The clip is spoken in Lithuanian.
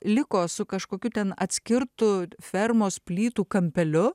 liko su kažkokiu ten atskirtu fermos plytų kampeliu